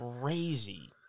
crazy